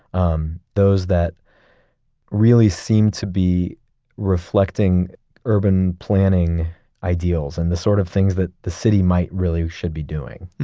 um those that really seem to be reflecting urban planning ideals and the sort of things that the city might really should be doing. the